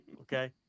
okay